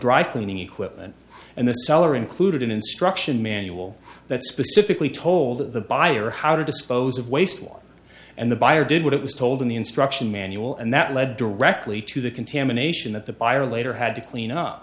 dry cleaning equipment and the seller included an instruction manual that specifically told the buyer how to dispose of waste oil and the buyer did what it was told in the instruction manual and that led directly to the contamination that the buyer later had to clean up